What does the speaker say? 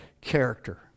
character